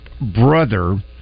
brother